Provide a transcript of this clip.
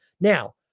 Now